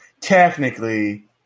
technically